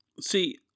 See